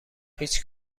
هیچ